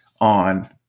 on